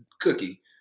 Cookie